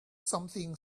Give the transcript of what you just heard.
something